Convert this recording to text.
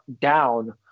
down